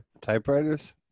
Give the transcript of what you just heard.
Typewriters